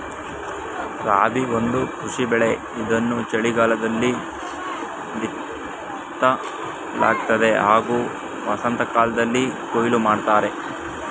ರಾಬಿ ಒಂದು ಕೃಷಿ ಬೆಳೆ ಇದನ್ನು ಚಳಿಗಾಲದಲ್ಲಿ ಬಿತ್ತಲಾಗ್ತದೆ ಹಾಗೂ ವಸಂತಕಾಲ್ದಲ್ಲಿ ಕೊಯ್ಲು ಮಾಡ್ತರೆ